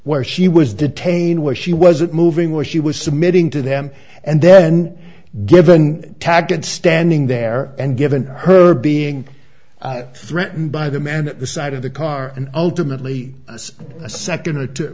where she was detained where she wasn't moving where she was submitting to them and then given tagon standing there and given her being threatened by the man at the side of the car ultimately a second or two